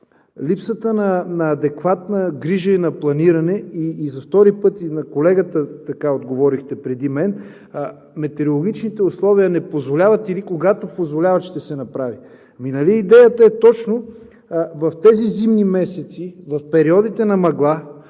липсата на адекватна грижа и планиране – за втори път и на колегата преди мен така отговорихте – метеорологичните условия не позволяват или когато позволяват, ще се направи. Ами нали идеята е точно в тези зимни месеци, в периодите на мъгла